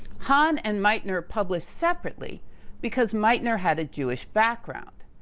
hahn and meitner published separately because meitner had a jewish background.